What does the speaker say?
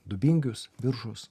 dubingius biržus